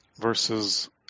versus